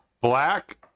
black